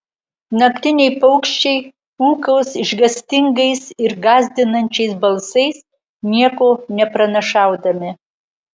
naktiniai paukščiai ūkaus išgąstingais ir gąsdinančiais balsais nieko nepranašaudami